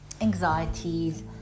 anxieties